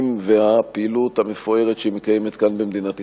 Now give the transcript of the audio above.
ואת הפעילות המפוארת שמתקיימת כאן במדינת ישראל.